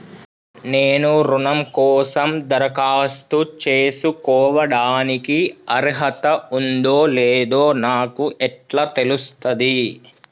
నేను రుణం కోసం దరఖాస్తు చేసుకోవడానికి అర్హత ఉందో లేదో నాకు ఎట్లా తెలుస్తది?